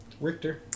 Richter